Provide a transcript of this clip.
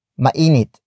Mainit